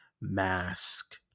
mask